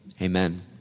Amen